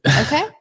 okay